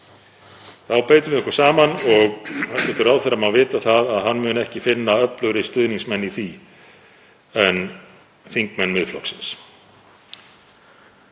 Þá beitum við okkur saman og hæstv. ráðherra má vita það að hann mun ekki finna öflugri stuðningsmenn í því en þingmenn Miðflokksins.